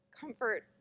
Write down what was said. comfort